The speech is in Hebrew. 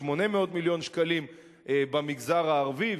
800 מיליון שקלים במגזר הערבי,